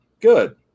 good